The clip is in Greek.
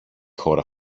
χώρα